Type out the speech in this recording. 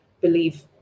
believe